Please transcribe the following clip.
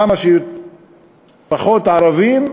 כמה שפחות ערבים,